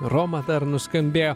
roma dar nuskambėjo